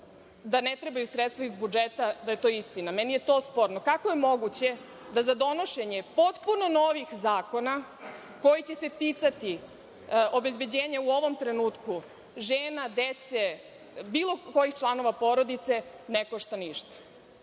da ne trebaju sredstva iz budžeta, da je to istina. Meni je to sporno. Kako je moguće da za donošenje potpuno novih zakona, koji će se ticati obezbeđenja, u ovom trenutku, žena, dece, bilo kojih članova porodice ne košta ništa?